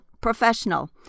professional